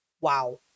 Wow